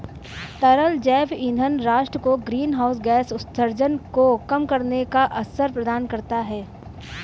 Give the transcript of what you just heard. तरल जैव ईंधन राष्ट्र को ग्रीनहाउस गैस उत्सर्जन को कम करने का अवसर प्रदान करता है